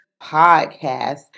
podcast